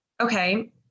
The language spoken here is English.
okay